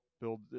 build